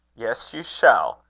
yes, you shall.